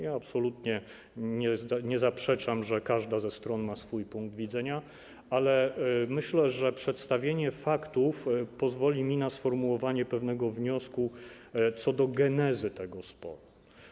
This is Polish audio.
Ja absolutnie nie zaprzeczam, że każda ze stron ma swój punkt widzenia, ale myślę, że przedstawienie faktów pozwoli mi na sformułowanie pewnego wniosku co do genezy tego sporu.